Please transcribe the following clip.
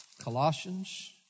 Colossians